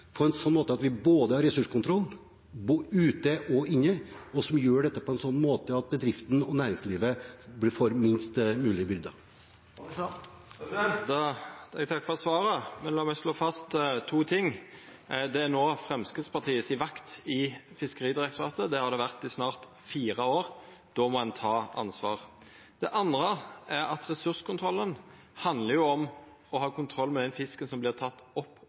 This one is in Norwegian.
at vi har ressurskontroll både ute og inne, og på en slik måte at bedriftene og næringslivet får færrest mulige byrder. Eg takkar for svaret, men lat meg slå fast to ting. Det eine er at det er no Framstegspartiet si vakt i Fiskeridirektoratet – det har det vore i snart fire år – og då må ein ta ansvar. Det andre er at ressurskontroll handlar om å ha kontroll med den fisken som vert teken opp